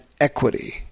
equity